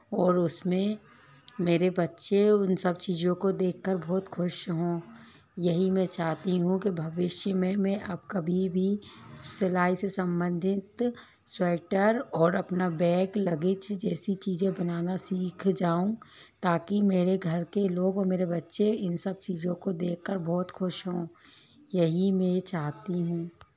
और उसमें मेरे बच्चे उन सब चीज़ों को देखकर बहुत खुश हों यही मैं चाहती हूँ कि भविष्य में अब कभी भी सिलाई से संबंधित स्वेटर और अपना बैग लगेज जैसी चीज़ें बनाना सीख जाऊं ताकि मेरे घर के लोग और मेरे बच्चे इन सब चीज़ों को देख कर बहुत खुश हों यही मैं चाहती हूँ